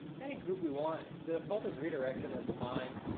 any group we want. the default is redirection. that's fine.